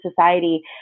society